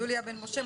יוליה בן משה,